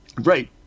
Right